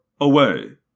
away